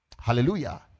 Hallelujah